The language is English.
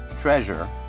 treasure